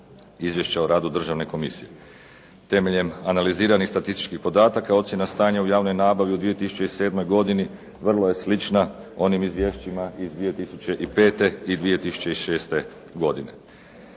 Izvješća o radu državne komisije. Temeljem analiziranih statističkih podataka ocjena stanja u javnoj nabavi u 2007. godini vrlo je slična onim izvješćima iz 2005. i 2006. godine.